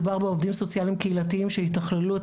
מדובר בעובדים סוציאליים קהילתיים שיתכללו את